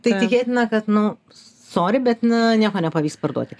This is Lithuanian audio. tai tikėtina kad nu sori bet na nieko nepavyks parduoti